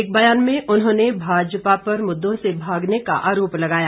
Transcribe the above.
एक बयान में उन्होंने भाजपा पर मुद्दों से भागने का आरोप लगाया